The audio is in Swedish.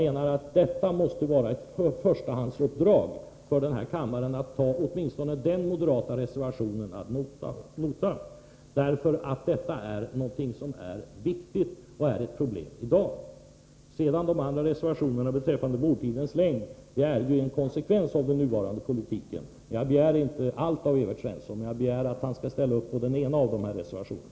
Ett förstahandsuppdrag för kammaren måste enligt min mening vara att ta åtminstone den moderata reservationen på den här punkten ad notam. Det som där tas upp är någonting som är viktigt och som är ett problem i dag. De frågor som behandlas i de andra reservationerna, bl.a. vårdtidens längd, är ju en konsekvens av den nuvarande politiken. Jag begär inte allt av Evert Svensson, men jag begär att han skall ställa sig bakom den reservation vi nu diskuterar.